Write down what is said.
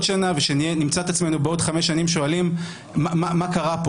שנה ושנמצא את עצמנו בעוד 5 שנים שואלים: מה קרה פה?